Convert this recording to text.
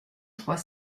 trois